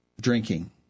drinking